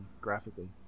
graphically